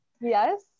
Yes